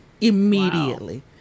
immediately